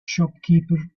shopkeeper